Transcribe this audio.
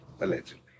Allegedly